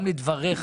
גם לדבריך,